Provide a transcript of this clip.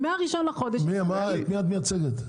את מי את מייצגת?